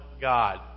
God